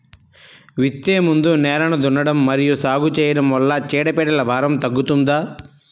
విత్తే ముందు నేలను దున్నడం మరియు సాగు చేయడం వల్ల చీడపీడల భారం తగ్గుతుందా?